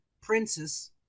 princess